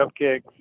cupcakes